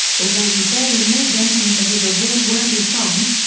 although he barely made anything for his award-worthy songs,